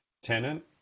Tenant